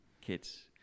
kids